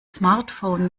smartphone